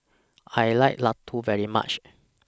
I like Laddu very much